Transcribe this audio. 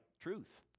truth